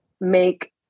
make